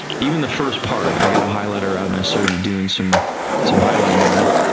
even the first part, i got a highlighter out and i started doing some some highlighting on it,